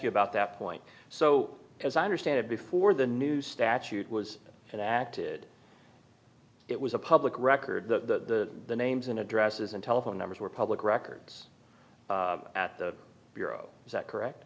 you about that point so as i understand it before the new statute was it acted it was a public record the names and addresses and telephone numbers were public records at the bureau is that correct